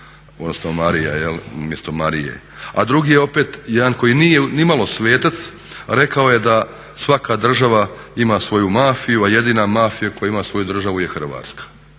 odnosno Marija umjesto Marije. A drugi je opet jedan koji nije nimalo svetac a rekao je da "Svaka država ima svoju mafiju, a jedina mafija koja ima svoju državu je Hrvatska."